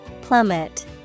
plummet